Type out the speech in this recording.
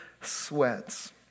sweats